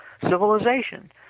civilization